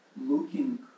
looking